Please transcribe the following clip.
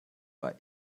war